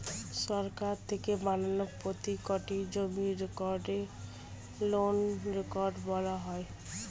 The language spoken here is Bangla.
সরকার থেকে বানানো প্রত্যেকটি জমির রেকর্ডকে ল্যান্ড রেকর্ড বলা হয়